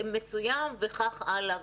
מסוים וכך הלאה.